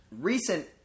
recent